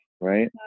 right